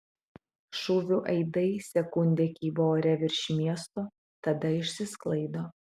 šūvių aidai sekundę kybo ore virš miesto tada išsisklaido